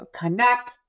connect